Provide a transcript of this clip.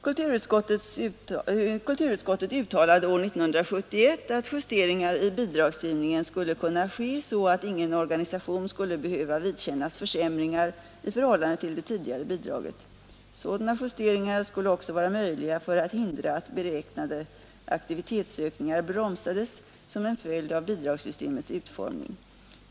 Kulturutskottet uttalade år 1971 att justeringar i bidragsgivningen skulle kunna ske så att ingen organisation skulle behöva vidkännas försämringar i förhållande till det tidigare bidraget. Sådana justeringar skulle också vara möjliga för att hindra att beräknade aktivitetsökningar bromsades som en följd av bidragssystemets utformning.